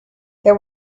there